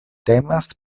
temas